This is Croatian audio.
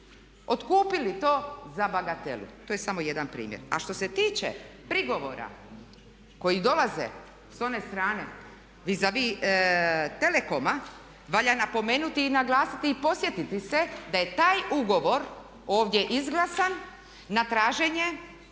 otkupili to za bagatelu. To je samo jedan primjer. A što se tiče prigovora koji dolaze s one strane vis a vis Telekoma, valja napomenuti i naglasiti i podsjetiti se da je taj ugovor ovdje izglasan na traženje